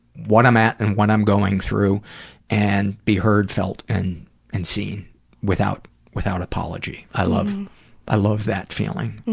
what i'm at, and what i'm going through and be heard, felt, and and seen without without apology. i love i love that feeling.